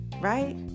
right